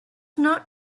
not